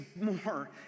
more